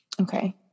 Okay